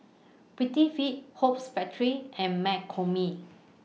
Prettyfit Hoops Factory and McCormick